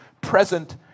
present